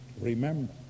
remember